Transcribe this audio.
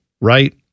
right